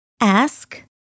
Ask